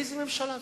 איזו ממשלה זאת?